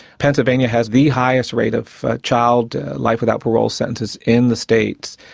pennsylvania has the highest rate of child life without parole sentences in the states.